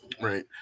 right